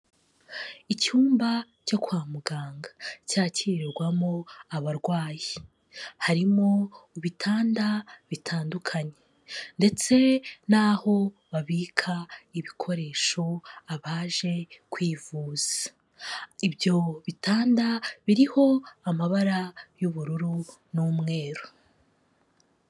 Icyumba cyo kwa muganga, cyakirirwamo abarwayi, harimo ibitanda bitandukanye, ndetse n'aho babika ibikoresho abaje kwivuza. Ibyo bitanda biriho, amabara y'ubururu n'umweru.